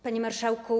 Panie Marszałku!